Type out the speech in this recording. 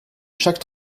chaque